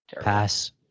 Pass